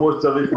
כפי שצריך,